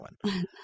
one